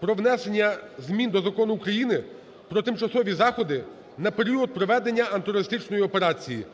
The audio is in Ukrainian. про внесення змін до Закону України "Про тимчасові заходи на період проведення антитерористичної операції".